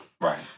Right